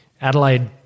Adelaide